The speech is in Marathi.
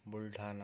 बुलढाणा